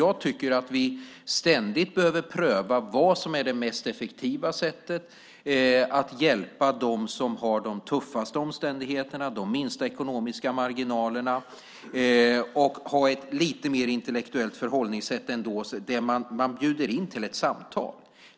Jag tycker att vi ständigt behöver pröva vad som är det mest effektiva sättet att hjälpa dem som har de tuffaste omständigheterna och de minsta ekonomiska marginalerna. Vi behöver ha ett lite mer intellektuellt förhållningssätt, där man bjuder in till ett samtal.